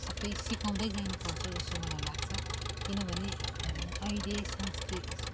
सब सिकाउँदै जानु पर्छ जस्तो मलाई लाग्छ किनभने अहिले सांस्कृतिक